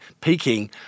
Peking